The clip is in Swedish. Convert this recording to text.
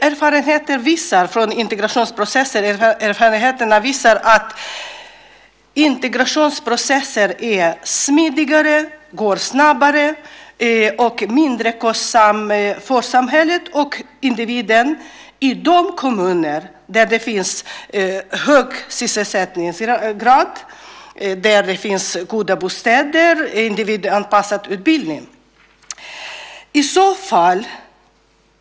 Erfarenheterna visar att integrationsprocessen är smidigare, går snabbare och är mindre kostsam för samhället och individen i de kommuner där det finns hög sysselsättningsgrad, goda bostäder och individanpassad utbildning.